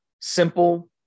simple